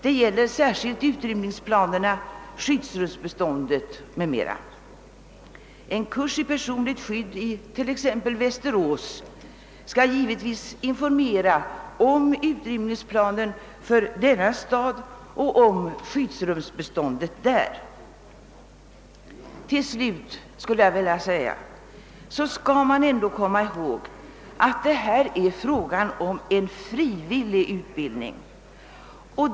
Detta gäller speciellt utrymningsplanerna och skyddsrumsbeståndet m.m. En kurs i personligt skydd i exempelvis Västerås skall givetvis informera om utrymningsplanen för den staden och om skyddsrumsbeståndet där. Man skall också komma ihåg att det här är fråga om frivillig utbildning.